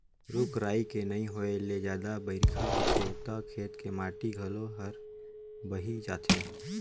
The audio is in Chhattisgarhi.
रूख राई के नइ होए ले जादा बइरखा होथे त खेत के माटी घलो हर बही जाथे